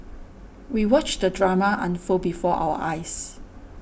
we watched the drama unfold before our eyes